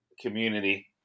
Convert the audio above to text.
community